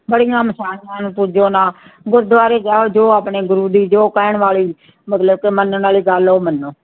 ਮੜ੍ਹੀਆਂ ਮਸਾਣੀਆਂ ਨੂੰ ਪੂਜੋ ਨਾ ਗੁਰਦੁਆਰੇ ਜਾਓ ਜੋ ਆਪਣੇ ਗੁਰੂ ਦੀ ਜੋ ਕਹਿਣ ਵਾਲੀ ਮਤਲਬ ਕਿ ਮੰਨਣ ਵਾਲੀ ਗੱਲ ਉਹ ਮੰਨੋ